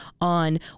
on